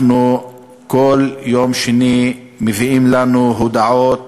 בכל יום שני מביאים לנו הודעות